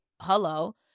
Hello